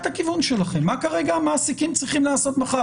הכיוון שלכם ומה המעסיקים צריכים לעשות מחר.